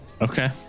Okay